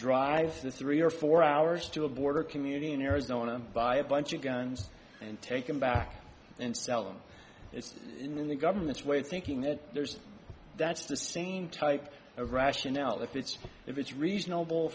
drive this three or four hours to a border community in arizona buy a bunch of guns and take them back and sell them it's in the government's way of thinking that there's that's the same type of rationale if it's if it's reasonable